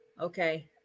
Okay